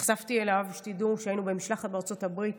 נחשפתי אליו, שתדעו, כשהיינו במשלחת בארצות הברית